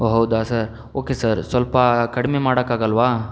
ಹೋ ಹೌದಾ sir okay sir ಸ್ವಲ್ಪ ಕಡಿಮೆ ಮಾಡೋಕಾಗಲ್ವ